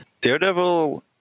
Daredevil